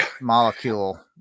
molecule